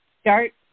start